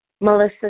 Melissa